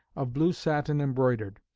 of blue satin embroidered.